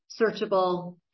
searchable